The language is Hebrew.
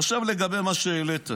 עכשיו על מה שהעליתם.